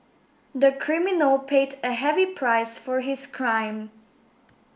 the criminal paid a heavy price for his crime